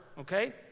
okay